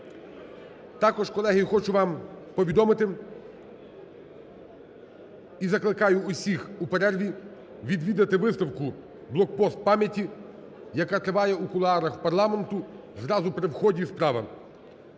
Також, колеги, хочу вам повідомити і закликаю усіх у перерві відвідати виставку "Блок-пост пам'яті", яка триває у кулуарах парламенту, зразу при вході справа.